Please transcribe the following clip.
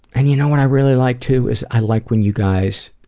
and you know what i really like to is i like when you guys,